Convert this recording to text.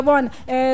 One